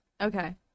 Okay